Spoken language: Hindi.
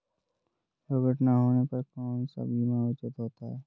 दुर्घटना होने पर कौन सा बीमा उचित होता है?